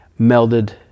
melded